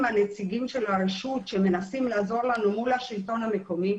הנציגים של הרשות שמנסים לעזור לנו מול השלטון המקומי,